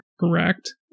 correct